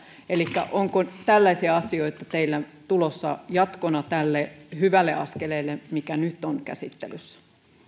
onko tällaisia asioita teillä tulossa jatkona tälle hyvälle askeleelle mikä nyt on käsittelyssä